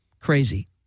crazy